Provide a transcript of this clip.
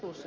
uusi